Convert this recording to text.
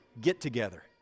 get-together